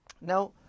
Now